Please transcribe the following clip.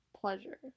pleasure